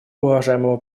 уважаемого